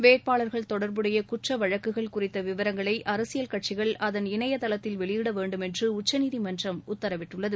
வேட்பாளர்கள் தொடர்புடைய குற்ற வழக்குகள் குறித்த விவரங்களை அரசியல் கட்சிகள் அதன் இணையதளத்தில் வெளியிட வேண்டும் என்று உச்சநீதிமன்றம் உத்தரவிட்டுள்ளது